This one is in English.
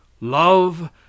love